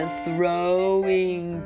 throwing